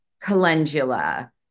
Calendula